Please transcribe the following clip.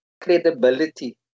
credibility